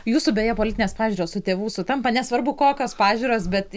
jūsų beje politinės pažiūros su tėvų sutampa nesvarbu kokios pažiūros bet